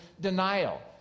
denial